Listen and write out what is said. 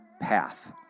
path